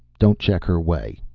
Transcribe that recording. don't check her way.